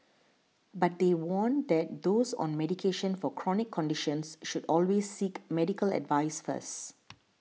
but they warn that those on medication for chronic conditions should always seek medical advice first